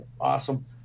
awesome